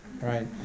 Right